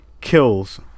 kills